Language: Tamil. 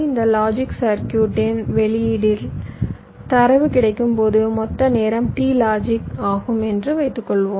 இந்த லாஜிக் சர்க்யூட்டின் வெளியீட்டில் தரவு கிடைக்கும்போது மொத்த நேரம் t லாஜிக் ஆகும் என்று வைத்துக்கொள்வோம்